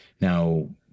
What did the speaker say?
now